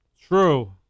True